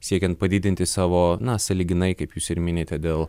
siekiant padidinti savo na sąlyginai kaip jūs ir minite dėl